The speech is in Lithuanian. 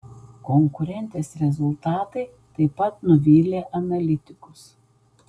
konkurentės rezultatai taip pat nuvylė analitikus